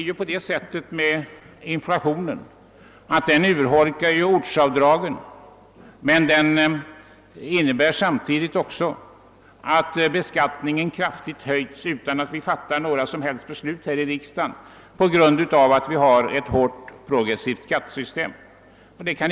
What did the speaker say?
Jag vill då påpeka att inflationen urholkar ortsavdragen men samtidigt innebär att beskattningen höjs kraftigt utan att vi här i riksdagen fattar några som helst beslut. Anledningen är vårt starkt progressiva skattesystem.